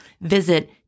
Visit